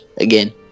Again